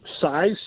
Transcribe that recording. size